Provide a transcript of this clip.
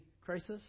crisis